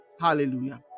Hallelujah